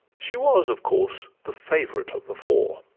she was of course the favorite of the four.